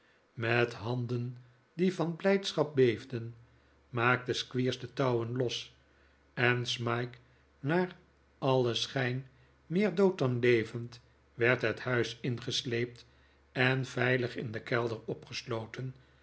met handen die van blijdschap beef den maakte squeers de touwen los en smike naar alien schijn meer dood dan levend werd het huis in gesleept en veilig in den kelder opgesloten